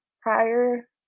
Prior